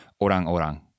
orang-orang